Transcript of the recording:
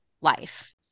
life